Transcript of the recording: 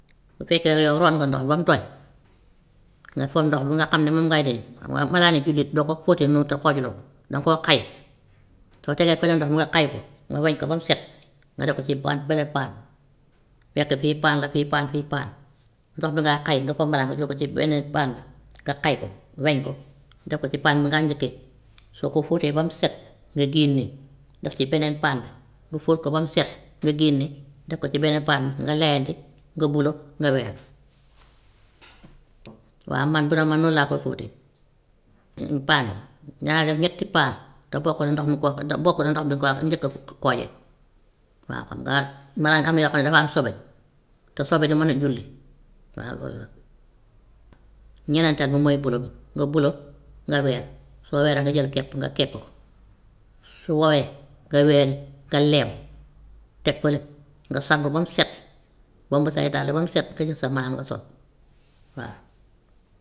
Bu fekkee nag yow root nga ndox mi ba mu doy, nga fob ndox bi nga xam ne mun ngay doy, xam nga malaani jullit doo ko fóotee noonu te xoojuloo ko, danga koo xay. Soo tegee fële ndox bi nga xay ko, nga weñ ko ba mu set, nga def ko ci paan beneen paan, fekk fii paan la, fii paan la, fii paan, ndox bi ngay xay nga fob malaan bi nga dugal ko ci beneen paan bi nga xay ko, weñ ko, def ko ci paan bi ngaa njëkkee. Soo ko fóotee ba mu set nga génnee def ci beneen paan bi, mu fóot ko ba mu set nga génne def ko ci beneen paan bi nga leyandi, nga bulo, nga weer. Waa man bu doon man noonu laa koy fóotee, paan yi ñaari ñetti paan te bokkul ak ndox mi nga xa- da bokkul ak ndox bi nga koo njëkk a xoojee, waaw xam nga malaan am na yoo xam ne dafa am sobe, te sobe du mën a julli, waaw loolu la. Ñenental bi mooy bulo bi, nga bulo, nga weer, soo weeree nga jël kepp nga kepp ko, su wowee nga weeri, nga leem, teg fële, nga sangu ba mu set, bomp say dàll ba mu set nga jël sa malaan nga sol waaw.